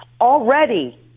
already